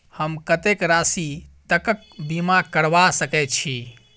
हम कत्तेक राशि तकक बीमा करबा सकै छी?